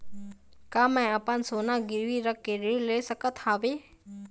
का मैं अपन सोना गिरवी रख के ऋण ले सकत हावे?